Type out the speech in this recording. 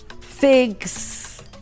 figs